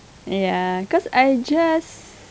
ya cause I just